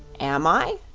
am i?